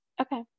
Okay